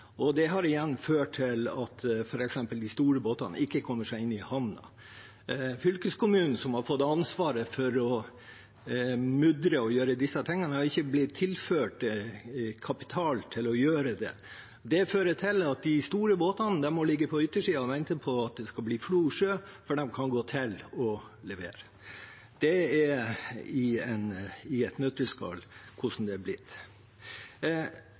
Det har f.eks. igjen ført til at de store båtene ikke kommer seg inn i havnen. Fylkeskommunen, som har fått ansvaret for å mudre og gjøre slikt, har ikke blitt tilført kapital for å gjøre det. Det fører til at de store båtene må ligge på yttersiden og vente på at det skal bli flo sjø før de kan legge til kai og levere. Det er i et nøtteskall hvordan det har blitt.